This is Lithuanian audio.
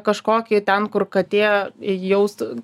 kažkokį ten kur katė jaustų